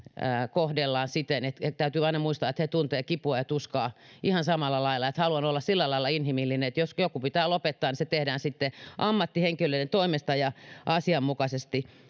kohdellaan siten täytyy aina muistaa että ne tuntevat kipua ja tuskaa ihan samalla lailla niin että haluan olla sillä lailla inhimillinen että jos joku pitää lopettaa niin se tehdään sitten ammattihenkilöiden toimesta ja asianmukaisesti